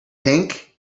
pink